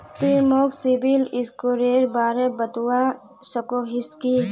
तुई मोक सिबिल स्कोरेर बारे बतवा सकोहिस कि?